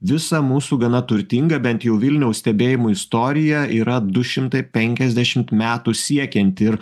visą mūsų gana turtingą bent jau vilniaus stebėjimų istoriją yra du šimtai penkiasdešimt metų siekiant ir